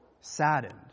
saddened